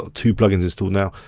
ah two plugins installed now.